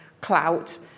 clout